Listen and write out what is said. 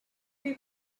you